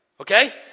Okay